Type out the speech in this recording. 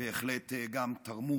שבהחלט גם תרמו